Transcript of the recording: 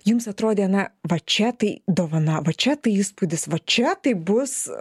jums atrodė na va čia tai dovana va čia tai įspūdis va čia tai bus